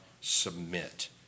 submit